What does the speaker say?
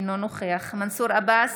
אינו נוכח מנסור עבאס,